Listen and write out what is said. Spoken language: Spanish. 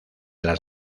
las